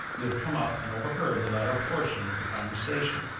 who had come up and overheard the latter portion of the conversation.